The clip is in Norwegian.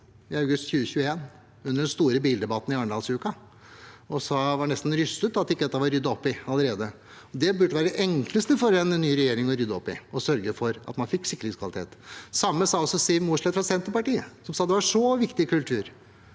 i august 2021 under den store bildebatten i Arendalsuka og sa at han var nesten rystet over at dette ikke var ryddet opp i allerede. Det burde være det enkleste for en ny regjering å rydde opp i: å sørge for at man fikk sikringskvalitet. Det samme sa Siv Mossleth fra Senterpartiet, og hun sa at det er en så viktig kultur.